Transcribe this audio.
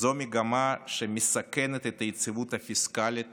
זו מגמה שמסכנת את היציבות הפיסקלית